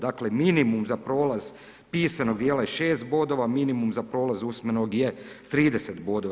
Dakle, minimum za prolaz pisanog dijela je 6 bodova, minumum za prolaz usmenog je 30 bodova.